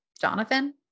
Jonathan